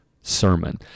sermon